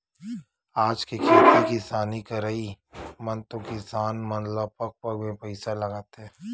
आज के खेती किसानी करई म तो किसान मन ल पग पग म पइसा लगथे